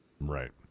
Right